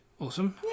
Awesome